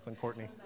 Courtney